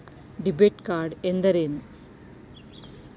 Debit card ಎಂದರೇನು?